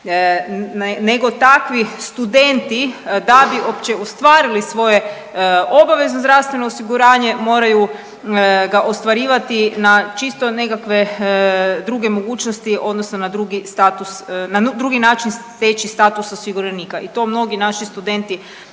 nego takvi studenti da bi uopće ostvarili svoje obavezno zdravstveno osiguranje moraju ga ostvarivati na čisto nekakve druge mogućnosti odnosno na drugi status, na drugi način stečaji status osiguranika i to mnogi naši studenti